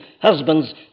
husbands